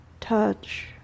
touch